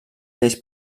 lleis